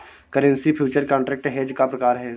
currency future contract hedge का प्रकार है